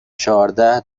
چهارده